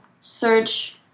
search